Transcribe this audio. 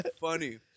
funny